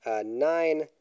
nine